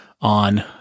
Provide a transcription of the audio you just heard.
on